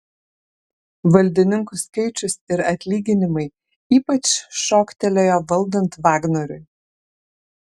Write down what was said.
valdininkų skaičius ir atlyginimai ypač šoktelėjo valdant vagnoriui